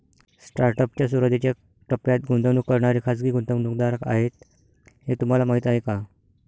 Startup च्या सुरुवातीच्या टप्प्यात गुंतवणूक करणारे खाजगी गुंतवणूकदार आहेत हे तुम्हाला माहीत आहे का?